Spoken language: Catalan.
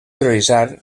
prioritzar